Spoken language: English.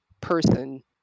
person